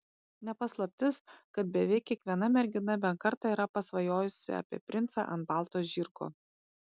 ne paslaptis kad beveik kiekviena mergina bent kartą yra pasvajojusi apie princą ant balto žirgo